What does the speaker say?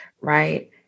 right